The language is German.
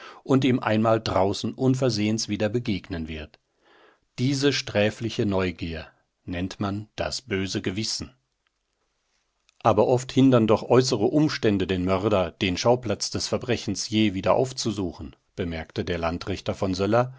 und ihm einmal draußen unversehens wieder begegnen wird diese sträfliche neugier nennt man das böse gewissen aber oft hindern doch äußere umstände den mörder den schauplatz des verbrechens je wieder aufzusuchen bemerkte der landrichter von söller